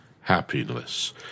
happiness